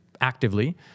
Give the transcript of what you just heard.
actively